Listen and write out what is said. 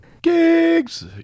Gigs